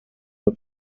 were